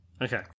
Okay